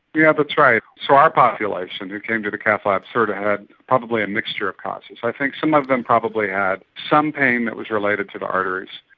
yeah that's right. so our population who came to the cath lab sort of had probably a mixture of causes. i think some of them probably had some pain that was related to the arteries,